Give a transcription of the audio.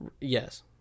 Yes